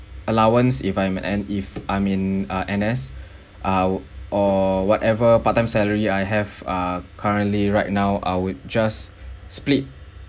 allowance if I'm N~ if I'm in uh N_S I'll or whatever but time salary I have uh currently right now I would just split